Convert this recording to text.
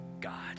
God